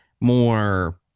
more